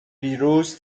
ویروس